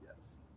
Yes